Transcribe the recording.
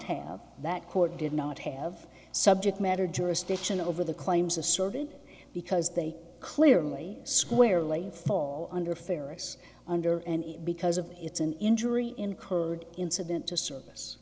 have that court did not have subject matter jurisdiction over the claims asserted because they clearly squarely fall under ferrous under and because of it's an injury incurred incident to service